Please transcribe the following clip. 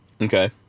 okay